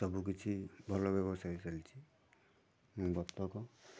ସବୁ କିଛି ଭଲ ବ୍ୟବସାୟ ଚାଲିଛି ବତକ